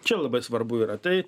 čia labai svarbu yra tai